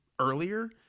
Earlier